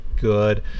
good